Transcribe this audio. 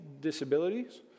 disabilities